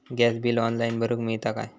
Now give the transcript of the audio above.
Gas bill online भरुक मिळता काय?